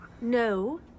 No